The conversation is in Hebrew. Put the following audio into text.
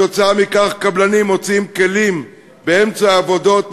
עקב כך קבלנים מוציאים כלים באמצע העבודות,